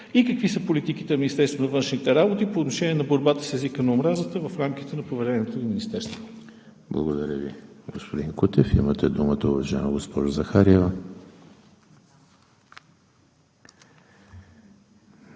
какви са политиките на Министерството на външните работи по отношение на борбата с езика на омразата в рамките на повереното Ви Министерство? ПРЕДСЕДАТЕЛ ЕМИЛ ХРИСТОВ: Благодаря Ви, господин Кутев. Имате думата, уважаема госпожо Захариева.